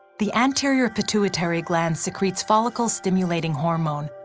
the anterior pituitary gland secretes follicle stimulating hormone,